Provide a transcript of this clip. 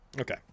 Okay